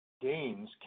gains